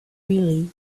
really